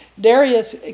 Darius